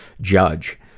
judge